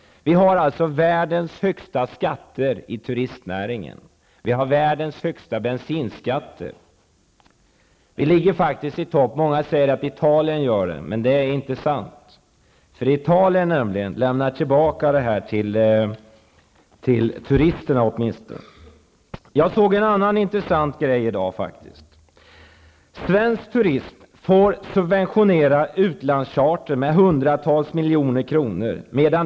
Vi har världens högsta skatter i turistnäringen. Vi har också världens högsta bensinskatter. Många säger att det är Italien som har det, men det är inte sant, för Italien lämnar nämligen tillbaka pengarna till turisterna. Jag såg en annan intressant sak i dag. Svensk turism får subventionera utlandschartern med hundratals miljoner kronor.